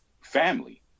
family